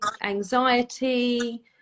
anxiety